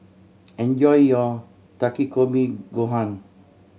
enjoy your Takikomi Gohan